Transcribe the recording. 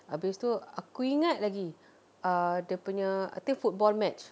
habis tu aku ingat lagi err dia punya I think football match